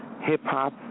Hip-hop